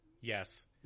yes